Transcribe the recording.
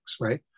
right